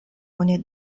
oni